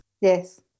yes